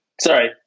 sorry